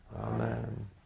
Amen